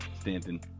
Stanton